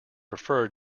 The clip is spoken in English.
prefer